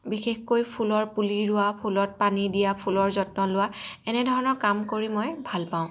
বিশেষকৈ ফুলৰ পুলি ৰোৱা ফুলত পানী দিয়া ফুলৰ যত্ন লোৱা এনেধৰণৰ কাম কৰি মই ভাল পাওঁ